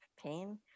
pain